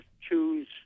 choose